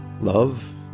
Love